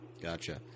Gotcha